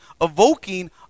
evoking